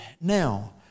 now